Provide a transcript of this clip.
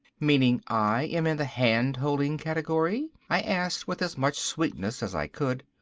meaning i am in the hand-holding category? i asked with as much sweetness as i could.